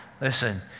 Listen